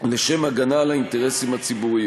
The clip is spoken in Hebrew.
לשם הגנה על האינטרסים הציבוריים.